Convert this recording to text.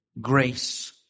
grace